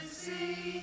see